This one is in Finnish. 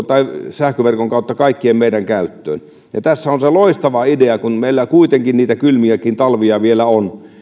sähköverkon kautta kaikkien meidän käyttöön ja tässä on se loistava idea kun meillä kuitenkin niitä kylmiäkin talvia vielä on